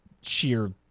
sheer